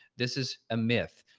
this is a myth.